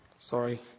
Sorry